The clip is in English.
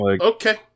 okay